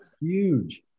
huge